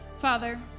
Father